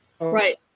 right